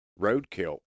roadkill